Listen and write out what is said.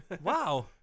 Wow